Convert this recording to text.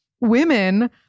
women